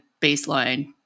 baseline